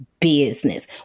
business